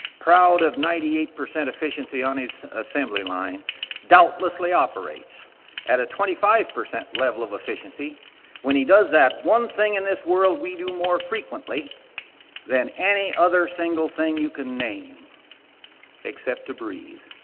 proud of ninety-eight percent efficiency on his assembly line doubtlessly operates at a twenty-five percent level of efficiency when he does that one thing in this world we do more frequently than any other single thing you can name except to breathe.